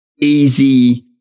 easy